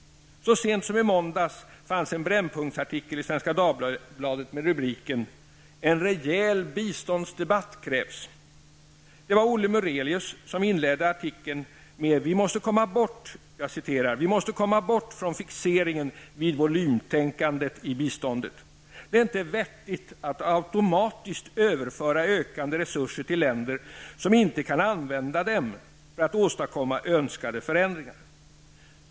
Så sent som i måndags fanns en brännpunktsartikel i Svenska Dagbladet med rubriken ''En rejäl biståndsdebatt krävs''. Det var ''Vi måste komma bort från fixeringen vid volymtänkandet i biståndet. Det är inte vettigt att automatiskt överföra ökande resurser till länder som inte kan använda dem för att åstadkomma önskade förändringar.